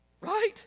Right